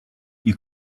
you